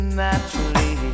naturally